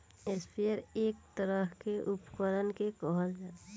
sprayer एक तरह के उपकरण के कहल जाला